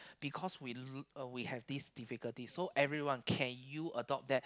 because we l~ uh we have this difficulty so everyone can you adopt that